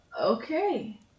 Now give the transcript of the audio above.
okay